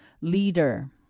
leader